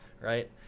right